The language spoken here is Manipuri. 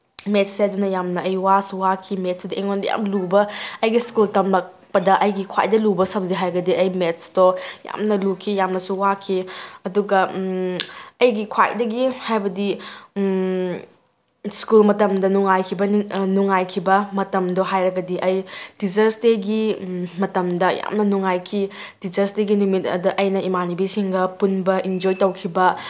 ꯃꯦꯠꯁꯁꯦ ꯑꯗꯨꯅ ꯌꯥꯝꯅ ꯑꯩ ꯋꯥꯁꯨ ꯋꯥꯈꯤ ꯃꯦꯠꯁꯁꯤꯗ ꯑꯩꯉꯣꯟꯗ ꯌꯥꯝ ꯂꯨꯕ ꯑꯩꯒ ꯁ꯭ꯀꯨꯜ ꯇꯝꯃꯛꯄꯗ ꯑꯩꯒꯤ ꯈ꯭ꯋꯥꯏꯗꯒꯤ ꯂꯨꯕ ꯁꯕꯖꯦꯛ ꯍꯥꯏꯔꯒꯗꯤ ꯑꯩ ꯃꯦꯠꯁꯇꯣ ꯌꯥꯝꯅ ꯂꯨꯈꯤ ꯌꯥꯝꯅꯁꯨ ꯋꯥꯈꯤ ꯑꯗꯨꯒ ꯑꯩꯒꯤ ꯈ꯭ꯋꯥꯏꯗꯒꯤ ꯍꯥꯏꯕꯗꯤ ꯁ꯭ꯀꯨꯜ ꯃꯇꯝꯗ ꯅꯨꯡꯉꯥꯏꯈꯤꯕ ꯃꯇꯝꯗꯣ ꯍꯥꯏꯔꯒꯗꯤ ꯑꯩ ꯇꯤꯆꯔꯁ ꯗꯦꯒꯤ ꯃꯇꯝꯗ ꯌꯥꯝꯅ ꯅꯨꯡꯉꯥꯏꯈꯤ ꯇꯤꯆꯔꯁ ꯗꯦꯒꯤ ꯅꯨꯃꯤꯠ ꯑꯗ ꯑꯩꯅ ꯏꯃꯥꯟꯅꯕꯤꯁꯤꯡꯒ ꯄꯨꯟꯕ ꯏꯟꯖꯣꯏ ꯇꯧꯈꯤꯕ